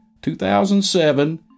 2007